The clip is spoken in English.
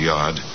Yard